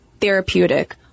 therapeutic